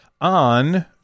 on